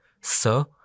Sir